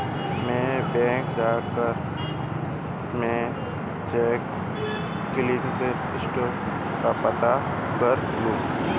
मैं बैंक जाकर मेरा चेक क्लियरिंग स्टेटस का पता कर लूँगा